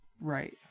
right